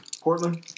Portland